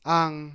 ang